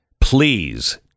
Please